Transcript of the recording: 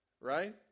Right